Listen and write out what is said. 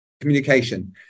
Communication